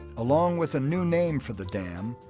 along with a new name for the dam,